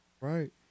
Right